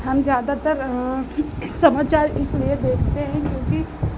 हम ज़्यादातर समाचार इसलिए देखते हैं क्योंकि